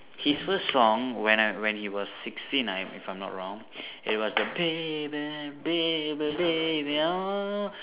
his first song when I when he was sixteen if I am not wrong it was the baby baby baby oh